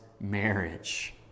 marriage